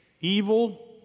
evil